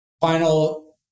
Final